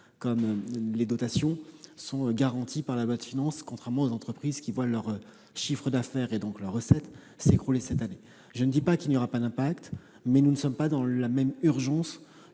comme les dotations, sont garantis par la loi de finances pour 2020, contrairement aux entreprises qui voient leur chiffre d'affaires, donc leurs recettes, s'écrouler cette année. Je ne dis pas qu'il n'y aura pas d'impact et je ne sous-estime pas le fait